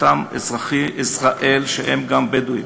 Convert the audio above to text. אותם אזרחי ישראל שהם גם בדואים,